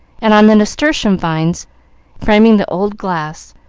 and on the nasturtium vines framing the old glass,